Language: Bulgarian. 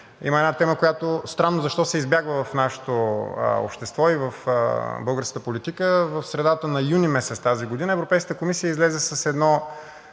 че има тема, която странно защо се избягва в нашето общество и в българската политика. В средата на месец юни тази година Европейската комисия излезе със